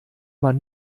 man